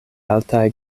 altaj